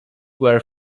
were